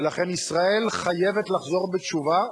ולכן, ישראל חייבת לחזור בתשובה,